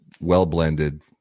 well-blended